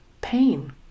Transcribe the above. pain